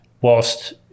whilst